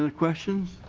and questions?